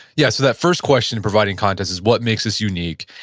yeah, so that first question, providing context, is what makes us unique?